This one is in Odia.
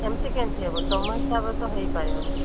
ଏମିତି କେମିତି ହେବ ତୁମ ହିସାବରେ ତ ହୋଇପାରିବନାହିଁ